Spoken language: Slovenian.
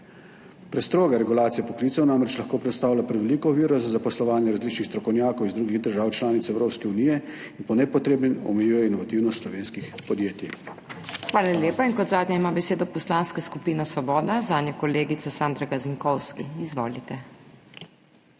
Prestroga regulacija poklicev namreč lahko predstavlja preveliko oviro za zaposlovanje različnih strokovnjakov iz drugih držav članic Evropske unije in po nepotrebnem omejuje inovativnost slovenskih podjetij. PODPREDSEDNICA MAG. MEIRA HOT: Hvala lepa. In kot zadnja ima besedo Poslanska skupina Svoboda, zanjo kolegica Sandra Gazinkovski. Izvolite.